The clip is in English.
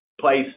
place